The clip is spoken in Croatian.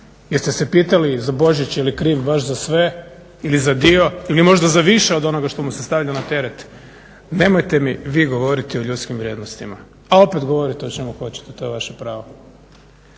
Jeste se pitali za Božić je li kriv baš za sve ili za dio ili možda za više od onoga šta mu se stavlja na teret. Nemojte mi vi govoriti o ljudskim vrijednostima a opet govorite o čemu hoćete, to je vaše pravo.